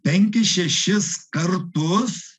penkis šešis kartus